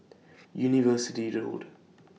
University Road